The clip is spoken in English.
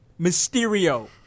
Mysterio